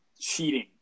cheating